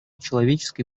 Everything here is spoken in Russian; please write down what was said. человеческой